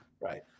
Right